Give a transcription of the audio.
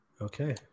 Okay